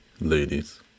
Ladies